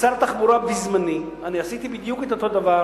כשר תחבורה בזמני עשיתי בדיוק את אותו דבר